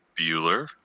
Bueller